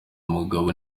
umugabo